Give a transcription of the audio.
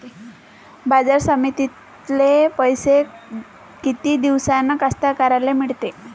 बाजार समितीतले पैशे किती दिवसानं कास्तकाराइले मिळते?